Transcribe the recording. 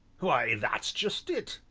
why, that's just it,